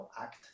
act